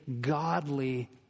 godly